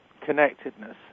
connectedness